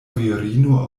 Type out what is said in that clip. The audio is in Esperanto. virino